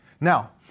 Now